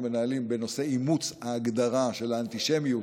מנהלים בנושא אימוץ ההגדרה של האנטישמיות